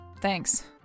Thanks